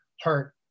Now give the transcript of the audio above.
hurt